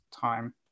time